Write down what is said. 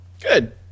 Good